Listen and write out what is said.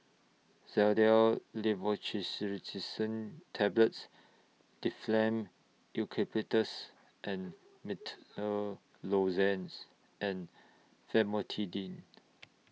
Xyzal Tablets Difflam Eucalyptus and Menthol Lozenges and Famotidine